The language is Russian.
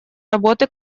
работы